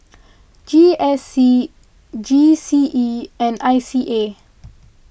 G S C G C E and I C A